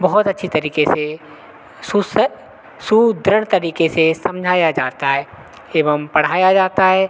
बहुत अच्छी तरीक़े से सु सुदृढ़ तरीक़े से समझाया जाता है एवं पढ़ाया जाता है